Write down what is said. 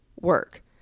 work